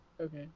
Okay